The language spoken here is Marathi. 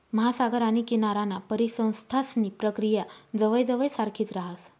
महासागर आणि किनाराना परिसंस्थांसनी प्रक्रिया जवयजवय सारखीच राहस